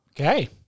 Okay